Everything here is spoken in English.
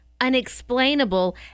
unexplainable